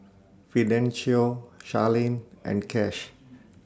Fidencio Charline and Cash